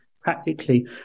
practically